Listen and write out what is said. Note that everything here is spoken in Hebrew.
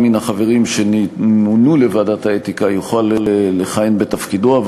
מן החברים שמונו לוועדת האתיקה יוכל לכהן בתפקידו,